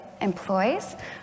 employs